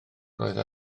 roedd